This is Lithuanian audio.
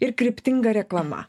ir kryptinga reklama